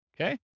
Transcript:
Okay